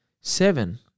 Seven